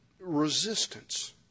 resistance